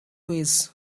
ways